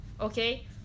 okay